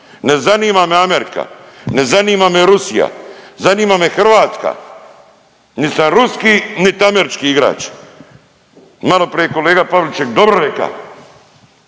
Ne zanima me Amerika, ne zanima me Rusija. Zanima me Hrvatska. Nit sam ruski, nit američki igrač. Maloprije je kolega Pavliček dobro reka.